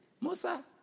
Musa